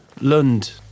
Lund